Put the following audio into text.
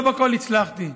לא בכול הצלחתי,